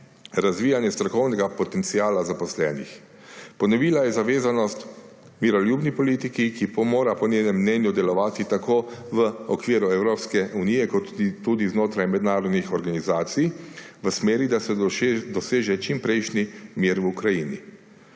razvijanje strokovnega potenciala zaposlenih. Ponovila je zavezanost miroljubni politiki, ki mora po njenem mnenju delovati tako v okviru Evropske unije kot tudi znotraj mednarodnih organizacij v smeri, da se doseže čimprejšnji mir v Ukrajini.